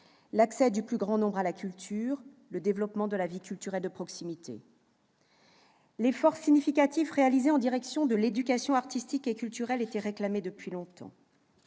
culture du plus grand nombre et le développement de la vie culturelle de proximité. L'effort significatif réalisé en direction de l'éducation artistique et culturelle était réclamé depuis longtemps.